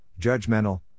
judgmental